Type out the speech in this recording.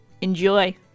Enjoy